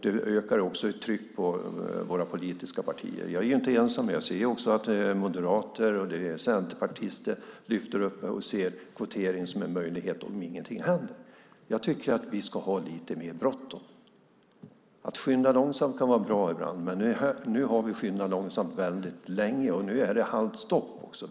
Det ökar trycket på våra politiska partier. Jag är inte ensam, utan jag ser att också moderater och centerpartister lyfter upp kvotering som en möjlighet om ingenting händer. Jag tycker att vi ska ha lite mer bråttom. Att skynda långsamt kan vara bra ibland, men vi har skyndat långsamt väldigt länge och nu är det halvt stopp.